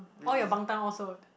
all your bangtan all so